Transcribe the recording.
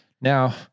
Now